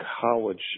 college